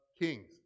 kings